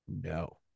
No